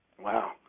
Wow